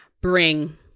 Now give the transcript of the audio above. bring